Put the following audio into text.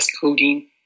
codeine